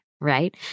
Right